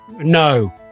No